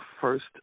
first